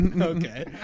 Okay